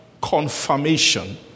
confirmation